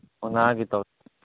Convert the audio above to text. ᱚᱱᱟᱜᱮ ᱛᱚᱵᱮ